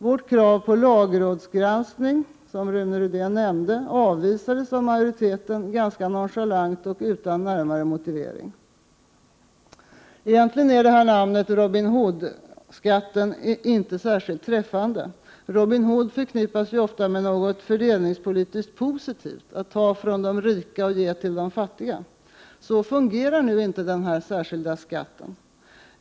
Vårt krav på lagrådsgranskning, som Rune Rydén nämnde, avvisades av majoriteten ganska nonchalant och utan närmare motivering. Egentligen är namnet — Robin Hood-skatt — inte särskilt träffande. Robin Hood förknippas ju ofta med något fördelningspolitiskt positivt — att ta från de rika och ge till de fattiga. Så fungerar inte denna särskilda skatt.